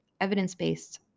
evidence-based